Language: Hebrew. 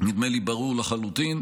נדמה לי, ברור לחלוטין.